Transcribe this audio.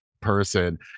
person